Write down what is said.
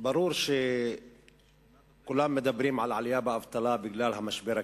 ברור שכולם מדברים על עלייה באבטלה בגלל המשבר הכלכלי.